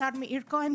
לשר מאיר כהן,